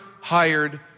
hired